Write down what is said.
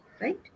right